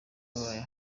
bababaye